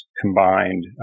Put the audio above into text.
combined